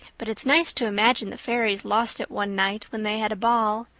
but it's nice to imagine the fairies lost it one night when they had a ball,